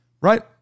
Right